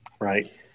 right